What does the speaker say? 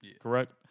correct